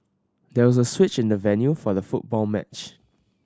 there was a switch in the venue for the football match